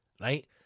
right